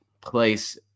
place